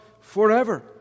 forever